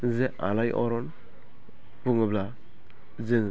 जे आलायअरन बुङोब्ला जों